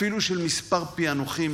אפילו של מספר פיענוחים,